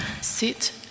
Sit